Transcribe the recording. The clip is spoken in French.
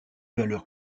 valeur